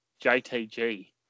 JTG